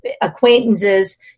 acquaintances